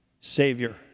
Savior